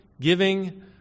giving